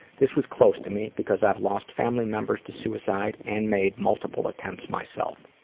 this was close to me because i've lost family members to suicide and made multiple attempts myself.